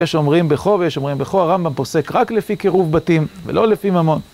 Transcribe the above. יש שומרים בכו, ויש שומרים בכו, הרמב״ם פוסק רק לפי קירוב בתים, ולא לפי ממון.